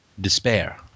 despair